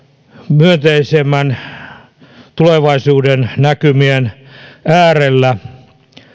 myönteisemmän tulevaisuuden näkymien äärellä